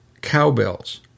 cowbells